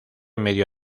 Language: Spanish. medio